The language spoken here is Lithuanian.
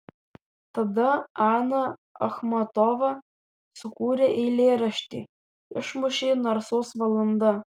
tada ana achmatova sukūrė eilėraštį išmušė narsos valanda